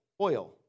oil